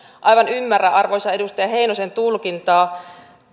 aivan ymmärrä arvoisan edustaja heinosen tulkintaa